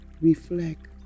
Reflect